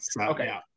Okay